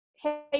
hey